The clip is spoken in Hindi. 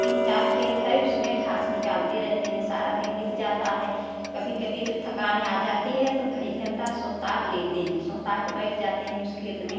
तीन चार खेत है उसमें घास निकालते रहते हैं सारा दिन बीत जाता है कभी कभी जब थकान आ जाती है तो घड़ी घंटा सोहता लेते हैं सोहता के बैठ जाते हैं उस खेत में